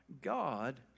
God